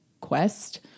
quest